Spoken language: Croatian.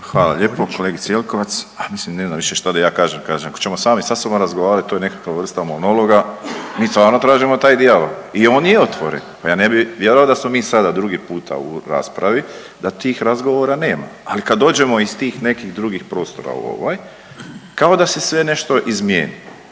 Hvala lijepo kolegice Jelkovac. A mislim ne znam više šta da ja kažem, kažem ako ćemo sami sa sobom razgovarat to je nekakva vrsta monologa mi stvarno tražimo taj dijalog i on je otvoren. Pa ja ne bi vjerovao da smo mi sada drugi puta u raspravi da tih razgovora nema, ali kad dođemo iz tih nekih drugih prostora u ovaj kao da se sve nešto izmijeni.